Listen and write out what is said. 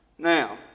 Now